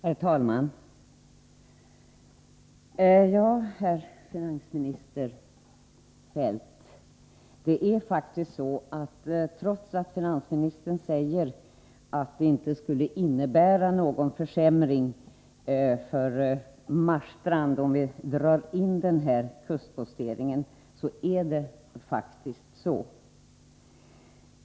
Herr talman! Finansministern säger att en indragning av kustposteringen inte skulle innebära någon försämring för Marstrand. Men, herr finansminister Feldt, så är det faktiskt inte.